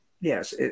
Yes